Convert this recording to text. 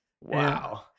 Wow